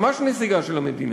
ממש נסיגה של המדינה.